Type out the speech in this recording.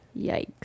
Yikes